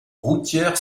routière